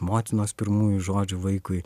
motinos pirmųjų žodžių vaikui